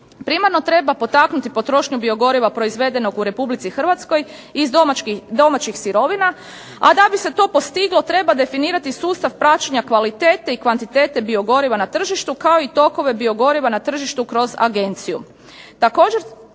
Primarno treba potaknuti potrošnju biogoriva proizvedenog u Republici Hrvatskoj iz domaćih sirovina, a da bi se to postiglo treba definirati sustav praćenja kvalitete i kvantitete biogoriva na tržištu kao i tokova biogoriva na tržištu kroz agenciju,